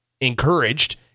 encouraged